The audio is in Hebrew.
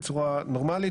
בצורה נורמלית.